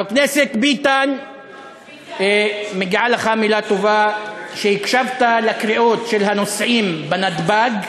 אה, ומגיעה מילה טובה ליושב-ראש הקואליציה,